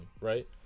right